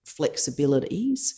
flexibilities